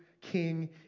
king